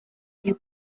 you